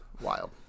wild